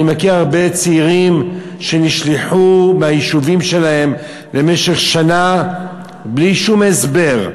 אני מכיר הרבה צעירים שנשלחו מהיישובים שלהם למשך שנה בלי שום הסבר,